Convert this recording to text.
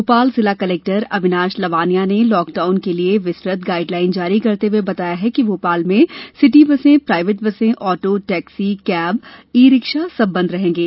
भोपाल जिला कलेक्टर अविनाश लवानिया ने लॉकडाउन के लिए विस्तृत गाइडलाइन जारी करते हुए बताया कि भोपाल में सिटी बसें प्राइवेट बसें auto taxi cab e rickshaw सब बंद रहेंगे